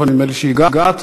אבל נדמה לי שהגעת.